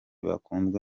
bakunzwe